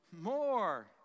more